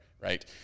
right